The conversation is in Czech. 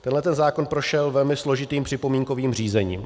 Tenhle zákon prošel velmi složitým připomínkových řízením.